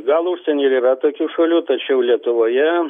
gal užsieny ir yra tokių šalių tačiau lietuvoje